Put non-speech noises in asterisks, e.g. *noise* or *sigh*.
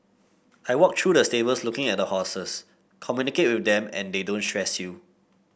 I walk through the stables looking at the horses *unintelligible* them and they don't stress you